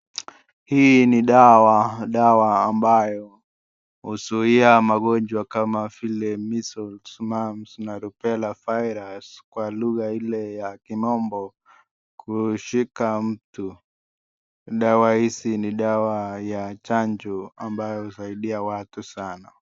Hii ni dawa, dawa ambayo huzuia magonjwa kama vile Measles, Mumps na Rubella virus kwa lugha ile ya kimombo kushika mtu. Dawa hizi ni dawa ya chanjo ambayo husaidia watu sanaa.